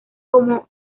como